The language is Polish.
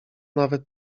nawet